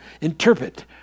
Interpret